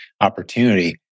opportunity